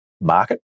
market